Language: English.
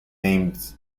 named